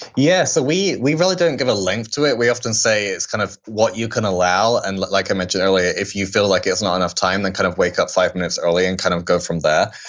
yeah so we we really don't give a link to it. we often say it's kind of what you can allow, and like i mentioned earlier, if you feel like there's not enough time, then kind of wake up five minutes earlier and kind of go from there.